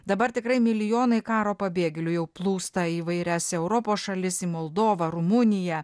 dabar tikrai milijonai karo pabėgėlių jau plūsta į įvairias europos šalis į moldovą rumuniją